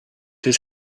his